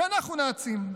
שאנחנו נאצים.